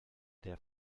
der